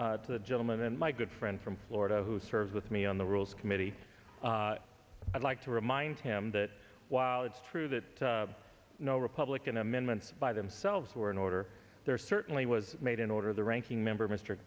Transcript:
the gentleman and my good friend from florida who served with me on the rules committee i'd like to remind him that while it's true that no republican amendments by themselves were in order there certainly was made in order the ranking member mr